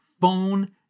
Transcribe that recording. phone